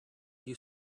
you